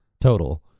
total